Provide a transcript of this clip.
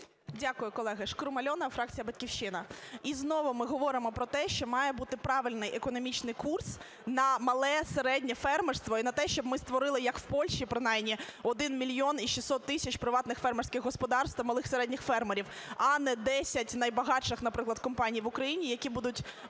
Дякую, колеги. Шкрум Альона, фракція "Батьківщина". І знову ми говоримо про те, що має бути правильний економічний курс на мале, середнє фермерство і на те, щоб ми створили, як в Польщі принаймні, 1 мільйон і 600 тисяч приватних фермерських господарств та малих, середніх фермерів, а не 10 найбагатших, наприклад, компаній в Україні, які будуть